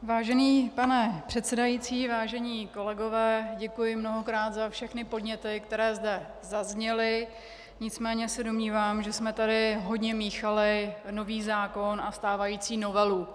Vážený pane předsedající, vážení kolegové, děkuji mnohokrát za všechny podněty, které zde zazněly, nicméně se domnívám, že jsme tady hodně míchali nový zákon a stávající novelu.